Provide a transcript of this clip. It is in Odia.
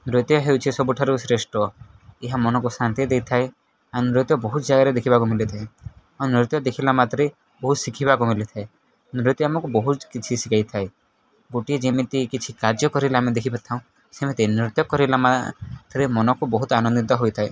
ନୃତ୍ୟ ହେଉଛି ସବୁଠାରୁ ଶ୍ରେଷ୍ଠ ଏହା ମନକୁ ଶାନ୍ତି ଦେଇଥାଏ ଆଉ ନୃତ୍ୟ ବହୁତ ଜାଗାରେ ଦେଖିବାକୁ ମିଲିଥାଏ ଆଉ ନୃତ୍ୟ ଦେଖିଲା ମାତ୍ରେ ବହୁତ ଶିଖିବାକୁ ମିଲିଥାଏ ନୃତ୍ୟ ଆମକୁ ବହୁତ କିଛି ଶିଖେଇଥାଏ ଗୋଟିଏ ଯେମିତି କିଛି କାର୍ଯ୍ୟ କରିଲେ ଆମେ ଦେଖିପାରୁଥାଉଁ ସେମିତି ନୃତ୍ୟ କରିଲେନା ଏଥିରେ ମନକୁ ବହୁତ ଆନନ୍ଦିତ ହୋଇଥାଏ